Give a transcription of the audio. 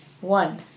one